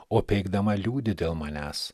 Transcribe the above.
o peikdama liūdi dėl manęs